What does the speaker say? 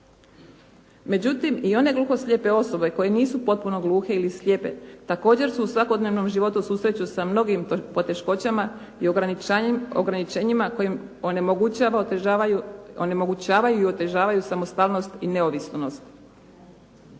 Međutim, i one gluho-slijepe osobe koje nisu potpuno gluhe ili slijepe također se u svakodnevnom životu susreću sa mnogim poteškoćama i ograničenjima kojima onemogućavaju i otežavaju samostalnost i neovisnost.